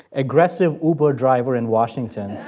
aggressive uber driver in washington